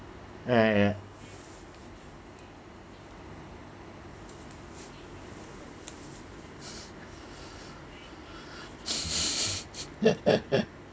uh ya